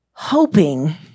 hoping